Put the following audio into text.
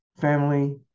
family